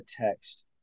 text